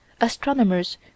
Astronomers